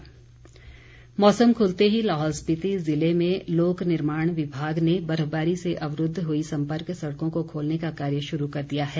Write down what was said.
मार्ग मौसम खुलते ही लाहौल स्पीति ज़िले में लोक निर्माण विभाग ने बर्फबारी से अवरूद्ध हुई संपर्क सड़कों को खोलने का कार्य शुरू कर दिया है